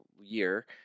year